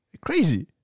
crazy